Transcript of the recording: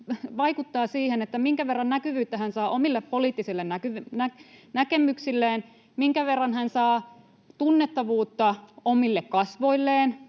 vaikuttaa siihen, minkä verran näkyvyyttä hän saa omille poliittisille näkemyksilleen, minkä verran hän saa tunnettavuutta omille kasvoilleen